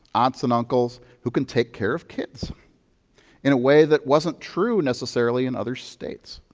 aunts and uncles who can take care of kids in a way that wasn't true necessarily in other states.